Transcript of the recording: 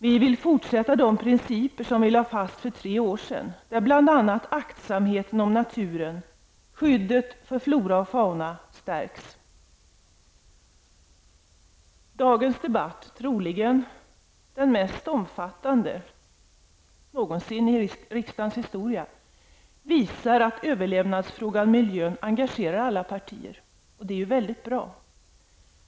Vi vill fortsätta med de principer som lades fast för 3 år sedan och som bl.a. innebär att aktsamheten om naturen samt skyddet för flora och fauna stärks. Dagens debatt, som troligen är den mest omfattande debatten i riksdagens historia, visar att överlevnadsfrågan och miljöfrågan engagerar alla partier. Det är väldigt bra.